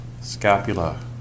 scapula